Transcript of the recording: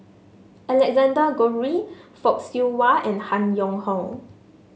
Alexander Guthrie Fock Siew Wah and Han Yong Hong